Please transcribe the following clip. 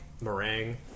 meringue